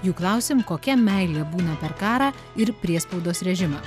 jų klausim kokia meilė būna per karą ir priespaudos režimą